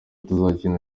tuzakina